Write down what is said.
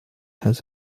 has